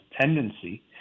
tendency